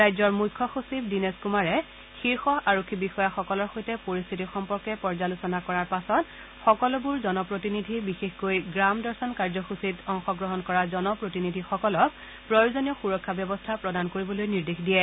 ৰাজ্যৰ মুখ্য সচিব দীনেশ কুমাৰে শীৰ্য আৰক্ষী বিষয়াসকলৰ সৈতে পৰিস্থিতি সম্পৰ্কে পৰ্যালোচনা কৰাৰ পাছত সকলোবোৰ জনপ্ৰতিনিধি বিশেষকৈ গ্ৰাম দৰ্শন কাৰ্যসূচীত অংশগ্ৰহণ কৰা জনপ্ৰতিনিধিসকলক প্ৰয়োজনীয় সূৰক্ষা ব্যৱস্থা প্ৰদান কৰিবলৈ নিৰ্দেশ দিয়ে